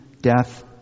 death